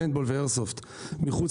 פנבול ואיירסופט מחוץ